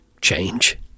change